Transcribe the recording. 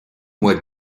mois